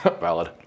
Valid